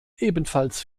ebenfalls